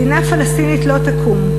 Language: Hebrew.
מדינה פלסטינית לא תקום,